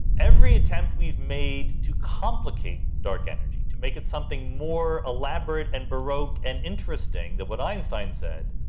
every attempt we've made to complicate dark energy, to make it something more elaborate and baroque and interesting than what einstein said,